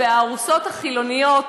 והארוסות החילוניות,